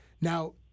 Now